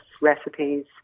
recipes